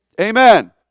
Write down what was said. Amen